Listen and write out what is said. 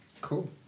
Cool